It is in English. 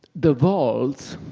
the vaults,